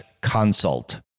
consult